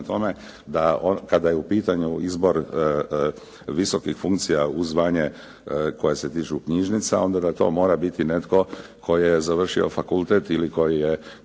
tome, kada je u pitanju izbor visokih funkcija uz zvanja koja se tiču knjižnica, onda da to mora biti netko tko je završio fakultet ili koji je